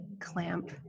Clamp